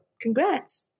congrats